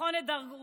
לבחון את דרכו?